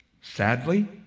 sadly